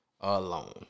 alone